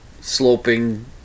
sloping